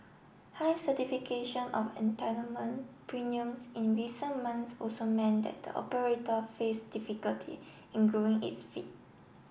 high certification of entitlement premiums in recent month also meant that the operator face difficulty in growing its feet